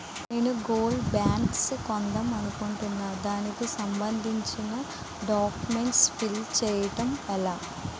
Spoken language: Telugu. నేను గోల్డ్ బాండ్స్ కొందాం అనుకుంటున్నా దానికి సంబందించిన డాక్యుమెంట్స్ ఫిల్ చేయడం ఎలా?